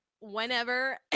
whenever